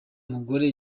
mugore